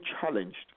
challenged